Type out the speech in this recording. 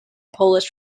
polish